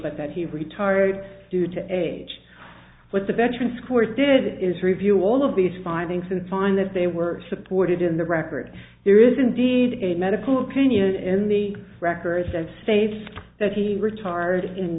but that he retired due to age with the veteran scores did is review all of these findings and find that they were supported in the record there is indeed a medical opinion in the records of states that he retarded in